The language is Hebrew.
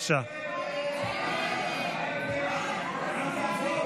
הסתייגות 9 לא נתקבלה.